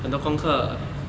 很多功课